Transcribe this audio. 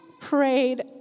prayed